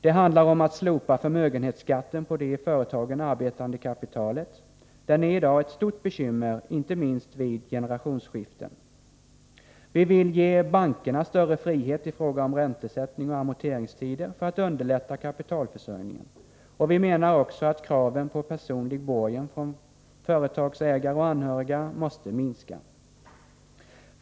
Det handlar om att slopa förmögenhetsskatten på det i företagen arbetande kapitalet. Den är i dag ett stort bekymmer, inte minst vid generationsskiften. Vi vill ge bankerna större frihet i fråga om räntesättning och amorteringstider för att underlätta kapitalförsörjningen, och vi menar också att kraven på personlig borgen från företagsägare och anhöriga måste minska.